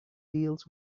deals